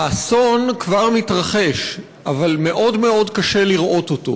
האסון כבר מתרחש, אבל מאוד מאוד קשה לראות אותו.